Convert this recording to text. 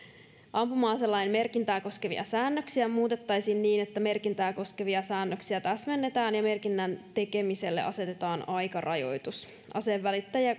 ampuma aselain merkintää koskevia säännöksiä muutettaisiin niin että merkintää koskevia säännöksiä täsmennetään ja merkinnän tekemiselle asetetaan aikarajoitus aseenvälittäjiä